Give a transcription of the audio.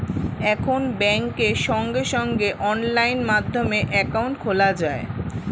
এখন ব্যাংকে সঙ্গে সঙ্গে অনলাইন মাধ্যমে অ্যাকাউন্ট খোলা যায়